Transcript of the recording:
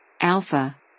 Alpha